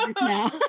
now